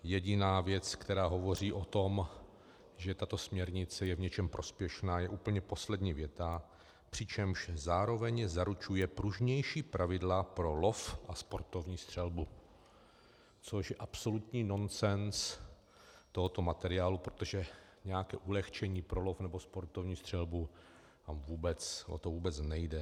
Jediná věc, která hovoří o tom, že tato směrnice je v něčem prospěšná, je úplně poslední věta přičemž zároveň zaručuje pružnější pravidla pro lov a sportovní střelbu , což je absolutní nonsens tohoto materiálu, protože o nějaké ulehčení pro lov a sportovní střelbu vůbec nejde.